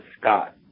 Scott